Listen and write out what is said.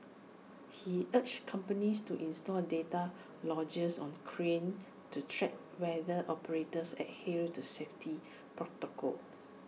he urged companies to install data loggers on cranes to track whether operators adhere to safety protocols